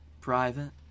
private